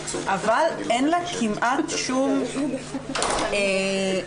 אבל אין לה כמעט שום רקורד,